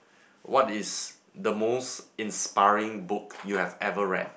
what is the most inspiring book you have ever read